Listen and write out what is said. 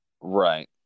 Right